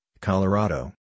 Colorado